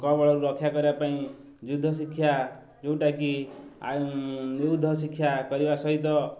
କବଳରୁ ରକ୍ଷା କରିବା ପାଇଁ ଯୁଦ୍ଧ ଶିକ୍ଷା ଯେଉଁଟାକି ନିୁଦ୍ଧ ଶିକ୍ଷା କରିବା ସହିତ